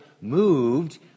moved